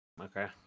Okay